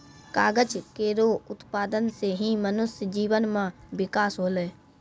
कागज केरो उत्पादन सें ही मनुष्य जीवन म बिकास होलै